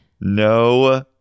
No